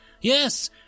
Yes